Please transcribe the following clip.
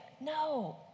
No